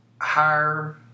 higher